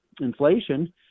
inflation